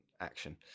action